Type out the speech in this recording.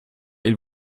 ils